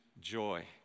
joy